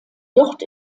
dort